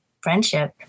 friendship